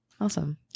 awesome